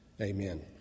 Amen